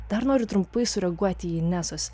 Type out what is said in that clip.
dar noriu trumpai sureaguoti į inesos